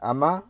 Ama